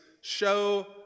show